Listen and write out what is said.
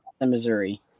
Missouri